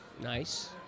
Nice